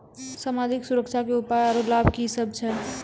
समाजिक सुरक्षा के उपाय आर लाभ की सभ छै?